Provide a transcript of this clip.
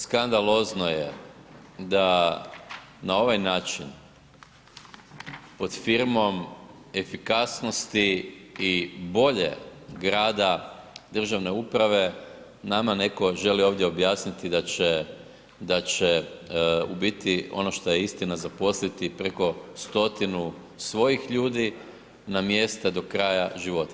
Skandalozno je da na ovaj način pod firmom efikasnosti i boljeg rada državne uprave, nama netko želi ovdje objasniti da će u biti ono šta je istina, zaposliti preko stotinu svojih ljudi na mjesta do kraja života.